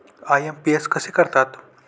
IMPS कसे करतात?